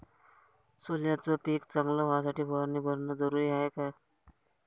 सोल्याचं पिक चांगलं व्हासाठी फवारणी भरनं जरुरी हाये का?